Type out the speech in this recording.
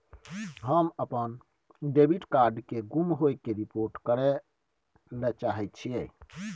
हम अपन debit card के गुम होय के रिपोर्ट करय ले चाहय छियै